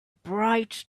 bright